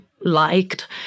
liked